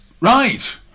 right